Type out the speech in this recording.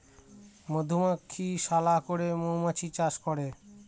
মধুমক্ষিশালা করে মৌমাছি চাষ করে